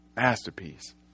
masterpiece